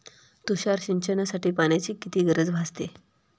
तुषार सिंचनासाठी पाण्याची किती गरज भासते?